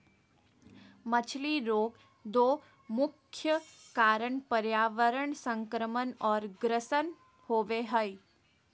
मछली रोग दो मुख्य कारण पर्यावरण संक्रमण और ग्रसन होबे हइ